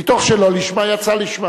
מתוך שלא לשמה יצא לשמה.